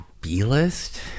B-list